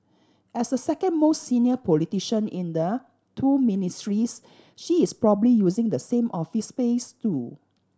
as the second most senior politician in the two Ministries she is probably using the same office space too